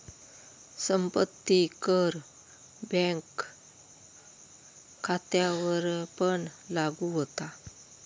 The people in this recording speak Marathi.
संपत्ती कर बँक खात्यांवरपण लागू होता